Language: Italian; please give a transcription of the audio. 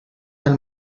del